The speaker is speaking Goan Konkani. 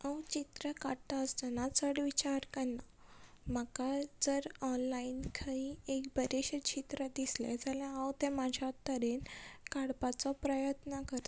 हांव चित्रां काडटा आसतना चड विचार करना म्हाका जर ऑनलायन खंय एक बरेंशें चित्र दिसलें जाल्यार हांव तें म्हज्या तरेन काडपाचो प्रयत्न करतां